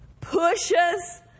pushes